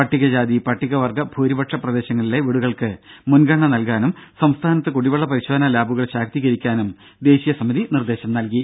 പട്ടിക ജാതി പട്ടിക വർഗ ഭൂരിപക്ഷ പ്രദേശങ്ങളിലെ വീടുകൾക്ക് മുൻഗണന നൽകാനും സംസ്ഥാനത്ത് കുടിവെള്ള പരിശോധനാ ലാബുകൾ ശാക്തീകരിക്കാനും ദേശീയ സമിതി നിർദേശം നൽകി